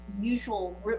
usual